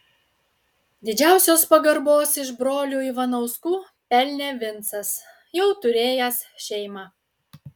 didžiausios pagarbos iš brolių ivanauskų pelnė vincas jau turėjęs šeimą